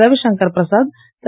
Ravishankar Prasad Thiru